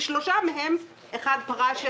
ושלושה מהם: אחד פרש,